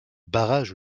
barrages